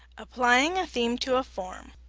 applying a theme to a form.